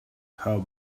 how